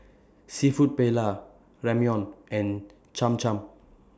Seafood Paella Ramyeon and Cham Cham